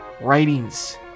writings